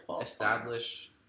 establish